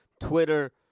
Twitter